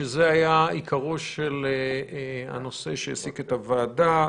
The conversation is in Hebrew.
שזה היה עיקרו של הנושא שעוסקת בו הוועדה,